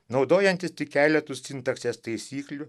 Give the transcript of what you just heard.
naudojanti tik keletu sintaksės taisyklių